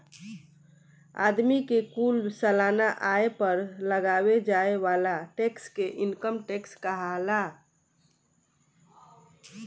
आदमी के कुल सालाना आय पर लगावे जाए वाला टैक्स के इनकम टैक्स कहाला